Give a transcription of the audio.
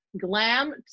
glam